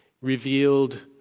revealed